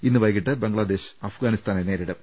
ഇന്ന് വൈകിട്ട് ബംഗ്ലാദേശ് അഫ്ഗാനിസ്ഥാനെ നേരി ടും